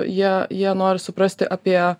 jie jie nori suprasti apie